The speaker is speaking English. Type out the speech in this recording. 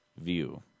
view